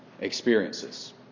experiences